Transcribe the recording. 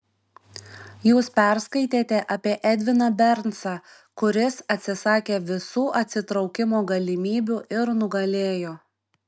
jūs perskaitėte apie edviną bernsą kuris atsisakė visų atsitraukimo galimybių ir nugalėjo